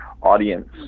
audience